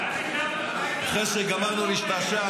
אחרי שגמרנו להשתעשע,